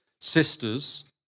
sisters